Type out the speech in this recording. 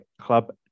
Club